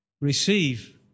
receive